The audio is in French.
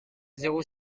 zéro